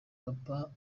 papa